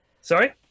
Sorry